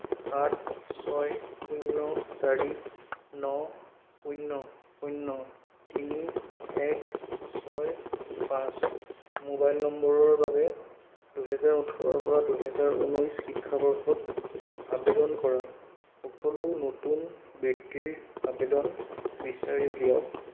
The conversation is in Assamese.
সাত ছয় শূণ্য চাৰি ন শূণ্য শূণ্য তিনি এক ছয় পাঁচ মোবাইল নম্বৰৰ বাবে দুই হাজাৰ ওঁঠৰ পৰা দুই হাজাৰ ঊনৈছ শিক্ষাবৰ্ষত আৱেদন কৰা সকলো নতুন বৃত্তিৰ আৱেদন বিচাৰি উলিয়াওক